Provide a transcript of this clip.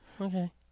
Okay